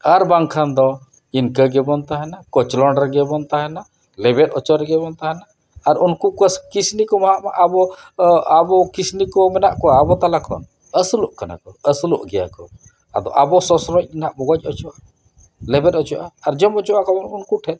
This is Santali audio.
ᱟᱨ ᱵᱟᱝ ᱠᱷᱟᱱ ᱫᱚ ᱤᱱᱠᱟᱹ ᱜᱮᱵᱚᱱ ᱛᱟᱦᱮᱱᱟ ᱠᱚᱪᱚᱞᱚᱱ ᱨᱮᱜᱮ ᱵᱚᱱ ᱛᱟᱦᱮᱱᱟ ᱞᱮᱵᱮᱫ ᱦᱚᱪᱚ ᱨᱮᱜᱮ ᱵᱚᱱ ᱛᱟᱦᱮᱱᱟ ᱟᱨ ᱩᱱᱠᱩ ᱠᱚ ᱠᱤᱥᱱᱤ ᱠᱚᱢᱟ ᱟᱵᱚ ᱟᱵᱚ ᱠᱤᱥᱱᱤ ᱠᱚ ᱢᱮᱱᱟᱜ ᱠᱚᱣᱟ ᱟᱵᱚ ᱛᱟᱞᱟ ᱠᱷᱚᱱ ᱟᱹᱥᱩᱞᱚᱜ ᱠᱟᱱᱟ ᱠᱚ ᱟᱹᱥᱩᱞᱚᱜ ᱜᱮᱭᱟ ᱠᱚ ᱟᱫᱚ ᱟᱵᱚ ᱥᱚᱥᱚᱨᱡ ᱱᱟᱦᱟᱜ ᱵᱚᱱ ᱜᱚᱡ ᱦᱚᱪᱚᱜᱼᱟ ᱞᱮᱵᱮᱫ ᱦᱚᱪᱚᱜᱼᱟ ᱟᱨ ᱡᱚᱛᱚ ᱟᱨ ᱡᱚᱢ ᱦᱚᱪᱚ ᱟᱵᱚᱱ ᱩᱱᱠᱩ ᱴᱷᱮᱱ